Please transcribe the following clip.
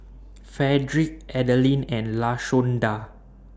Fredrick Adalyn and Lashonda